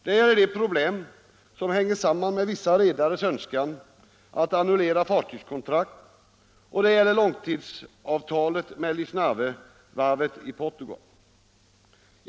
Det gäller de problem som hänger samman med vissa redares önskan att annullera fartygskontrakt, och det gäller långtidsavtalet med Lisnavevarvet i Portugal.